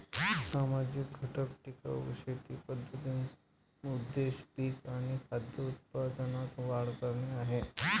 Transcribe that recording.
सामाजिक घटक टिकाऊ शेती पद्धतींचा उद्देश पिक आणि खाद्य उत्पादनात वाढ करणे आहे